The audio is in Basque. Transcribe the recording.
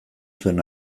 zuen